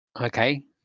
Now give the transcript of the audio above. Okay